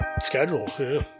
schedule